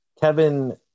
Kevin